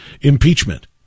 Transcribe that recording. impeachment